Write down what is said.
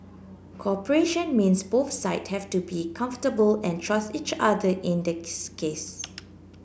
cooperation means both side have to be comfortable and trust each other in this case